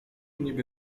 niby